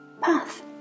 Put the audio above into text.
Path